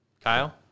Kyle